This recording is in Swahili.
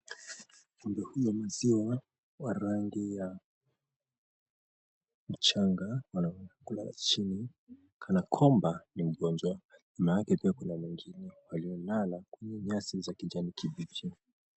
Ng'ome huyu wa maziwa wa rangi ya mchanga anaonekana kulala chini kana kwamba ni mgonjwa. Nyuma yake pia kuna mwingine aliyelala, kule, nyasi za kijani kibichi.